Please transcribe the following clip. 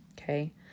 okay